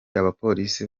abapolisi